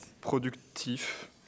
productif